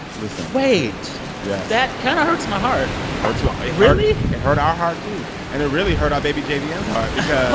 ah listen wait yes that kind of hurts my heart. ah really? it hurt our heart, too. and it really hurt our baby j v n s heart because